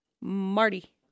Marty